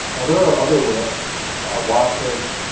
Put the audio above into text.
now, there are other rips wasatch,